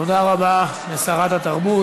תודה רבה לשרת התרבות.